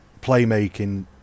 playmaking